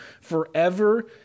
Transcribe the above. forever